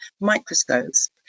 microscopes